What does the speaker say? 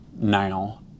Now